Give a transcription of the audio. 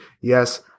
Yes